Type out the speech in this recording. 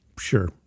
Sure